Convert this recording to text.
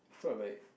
I thought like